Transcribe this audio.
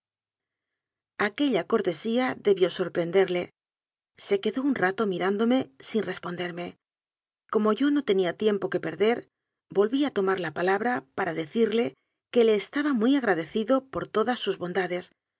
aquella cortesía debió sorprenderle se quedó un rato mirándome sin responderme como yo no tenía tiempo que perder volví a tomar la palabra para decirle que le estaba muy agradecido por todas sus bondades